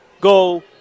go –